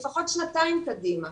לפחות שנתיים קדימה.